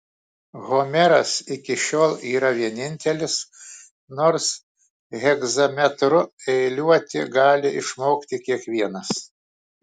homeras iki šiol yra vienintelis nors hegzametru eiliuoti gali išmokti kiekvienas